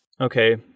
Okay